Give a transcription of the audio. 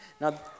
Now